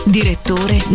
direttore